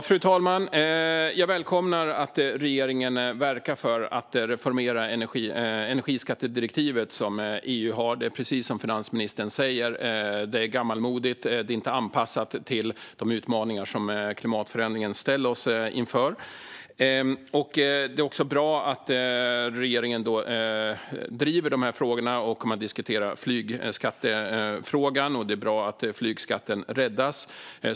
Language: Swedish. Fru talman! Jag välkomnar att regeringen verkar för att reformera energiskattedirektivet, som EU har. Det är gammalmodigt, precis som finansministern säger. Det är inte anpassat till de utmaningar som klimatförändringen ställer oss inför. Det är bra att regeringen driver de här frågorna och att man diskuterar flygskattefrågan. Det är bra att flygskatten räddas.